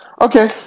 Okay